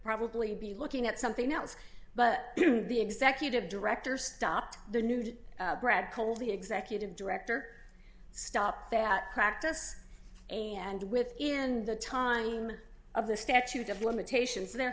probably be looking at something else but the executive director stopped the nude brad cole the executive director stop that practice and within the time of the statute of limitations there